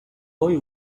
boy